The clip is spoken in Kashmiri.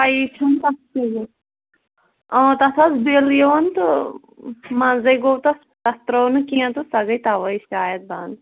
پَیی چھَنہٕ تَتھ کیٛاہ گوٚو تَتھ ٲس بِل یِوان تہٕ منٛزَے گوٚو تَتھ تَتھ ترٛٲو نہٕ کیٚںٛہہ تہٕ سۄ گٔے تَوَے شایَد بنٛد